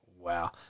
wow